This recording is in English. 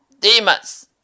demons